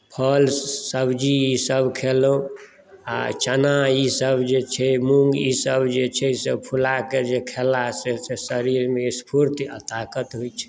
फल सब्जी ईसभ खेलहुँ आ चना ईसभ जे छै मूँग ईसभ जे छै से फुला कऽ जे खेलासँ से शरीरमे स्फूर्ति आ ताकत होइत छै